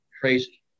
crazy